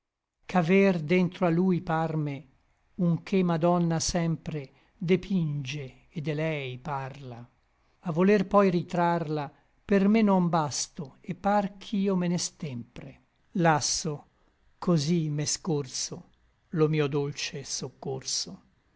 ch'aver dentro a lui parme un che madonna sempre depinge et de lei parla a voler poi ritrarla per me non basto et par ch'io me ne stempre lasso cosí m'è scorso lo mio dolce soccorso